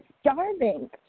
starving